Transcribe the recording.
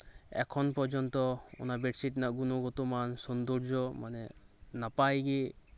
ᱮᱠᱷᱚᱱ ᱯᱚᱨᱡᱚᱱᱛᱚ ᱚᱱᱟ ᱵᱮᱰᱥᱤᱴ ᱨᱮᱱᱟᱜ ᱜᱩᱱᱚᱜᱚᱛᱚ ᱢᱟᱱ ᱥᱳᱱᱫᱳᱨᱡᱚ ᱢᱟᱱᱮ ᱱᱟᱯᱟᱭ ᱜᱤ